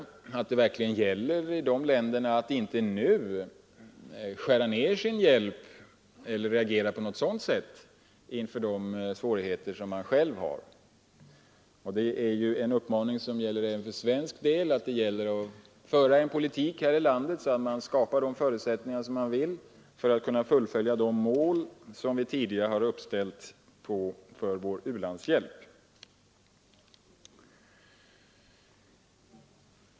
Det gäller verkligen för de länderna att inte nu skära ned sin hjälp eller reagera på något liknande sätt inför de svårigheter som man själv har. Det är en uppmaning som gäller även för svensk del. Det gäller att föra en sådan politik att man skapar förutsättningar för att kunna uppnå de mål som vi tidigare har uppställt för vår u-landshjälp.